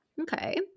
Okay